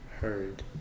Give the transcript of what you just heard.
Heard